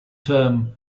term